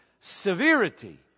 severity